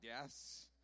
Yes